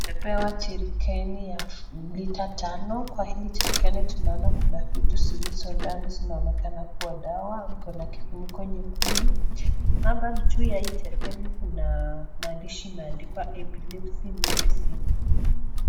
Tumepewa jerican ya lita tano kwa hii jerican tunaona kuna vitu zilizo ndani zinazo onekana kuwa dawa, iko na kifuniko nyekundu. Naona juu ya hii jerican kuna maandishi imeandikwa epilepsy medicine .